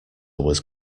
was